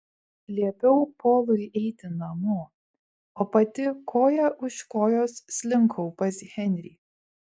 liepiau polui eiti namo o pati koja už kojos slinkau pas henrį